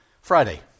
Friday